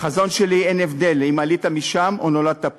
בחזון שלי אין הבדל אם עלית משם או נולדת פה.